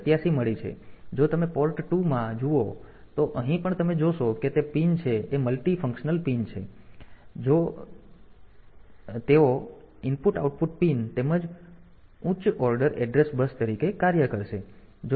પછી જો તમે પોર્ટ 2 માં જુઓ તો અહીં પણ તમે જોશો કે તે પિન છે એ મલ્ટિફંક્શનલ પિન છે અને જો તેઓ કરી શકે તો તેઓ IO પિન તેમજ ઉચ્ચ ઓર્ડર એડ્રેસ બસ તરીકે કાર્ય કરશે